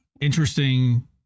interesting